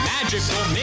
Magical